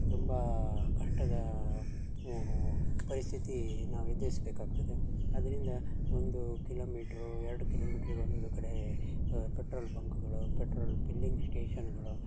ತುಂಬ ಕಷ್ಟದ ಏನು ಪರಿಸ್ಥಿತಿ ನಾವು ಎದುರಿಸ್ಬೇಕಾಗ್ತದೆ ಆದ್ರಿಂದ ಒಂದು ಕಿಲೋಮೀಟ್ರು ಎರಡು ಕಿಲೋಮೀಟ್ರಿಗೆ ಒಂದು ಕಡೆ ಪೆಟ್ರೋಲ್ ಬಂಕ್ಗಳು ಪೆಟ್ರೊಲ್ ಪಿಲ್ಲಿಂಗ್ ಸ್ಟೇಷನ್ಗಳು